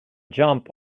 jump